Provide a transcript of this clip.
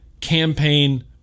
campaign